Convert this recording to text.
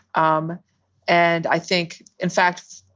um and i think, in fact,